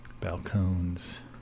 Balcones